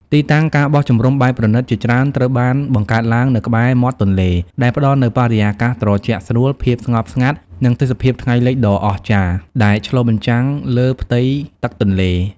ទីតាំង ការបោះជំរំបែបប្រណីត ជាច្រើនត្រូវបានបង្កើតឡើងនៅក្បែរមាត់ទន្លេ ដែលផ្តល់នូវបរិយាកាសត្រជាក់ស្រួល ភាពស្ងប់ស្ងាត់ និងទេសភាពថ្ងៃលិចដ៏អស្ចារ្យ ដែលឆ្លុះបញ្ចាំងលើផ្ទៃទឹកទន្លេ។